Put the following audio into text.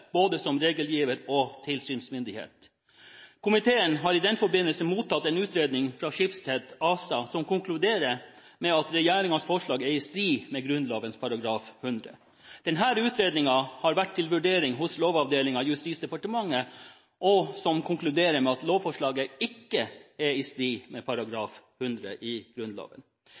både som regel giver og tilsynsmyndighet. Komiteen har i den forbindelse mottatt en utredning fra Schibsted ASA som konkluderer med at regjeringens forslag er i strid med Grunnloven § 100. Denne utredningen har vært til vurdering hos Lovavdelingen i Justisdepartementet, som konkluderer med at lovforslaget ikke er i strid med § 100 i Grunnloven.